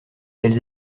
elles